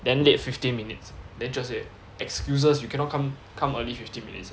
then late fifteen minutes then cher say excuses you cannot come come early fifteen minutes